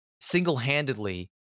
single-handedly